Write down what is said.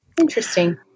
Interesting